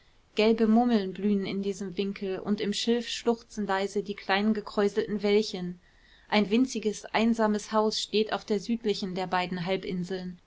gelbe mummeln blühen in diesem winkel und im schilf schluchzen leise die kleinen gekräuselten wellchen ein winziges einsames haus steht auf der südlichen der beiden halbinseln